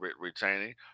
retaining